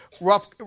rough